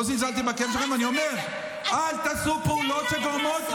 מה אתה היית עושה עם הבן שלך היה חטוף?